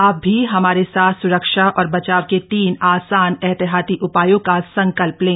आप भी हमारे साथ सुरक्षा और बचाव के तीन आसान एहतियाती उपायों का संकल्प लें